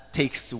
takes